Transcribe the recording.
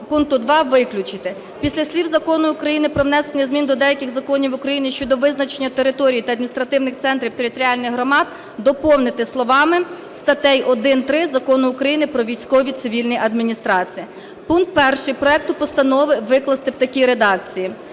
"пункту 2" виключити. Після слів "Закону України "Про внесення змін до деяких законів України щодо визначення територій та адміністративних центрів територіальних громад" доповнити словами "статей 1-3 Закону України "Про військово-цивільні адміністрації". Пункт 1 проекту постанови викласти в такій редакції: